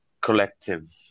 collective